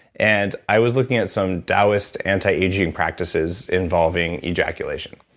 and i was looking at some daoist antiaging practices involving ejaculation.